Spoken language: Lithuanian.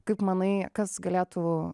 kaip manai kas galėtų